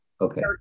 okay